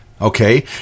okay